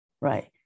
right